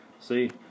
see